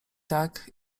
tak